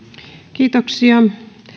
kiitoksia